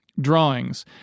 drawings